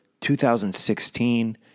2016